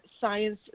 science